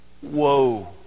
Whoa